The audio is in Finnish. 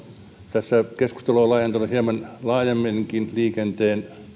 tässä keskustelu on laajentunut hieman laajemminkin liikenteen